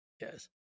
yes